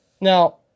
Now